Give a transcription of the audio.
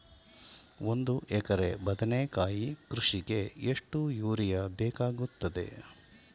ಒಂದು ಎಕರೆ ಬದನೆಕಾಯಿ ಕೃಷಿಗೆ ಎಷ್ಟು ಯೂರಿಯಾ ಬೇಕಾಗುತ್ತದೆ?